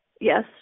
Yes